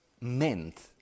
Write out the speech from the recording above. meant